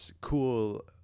cool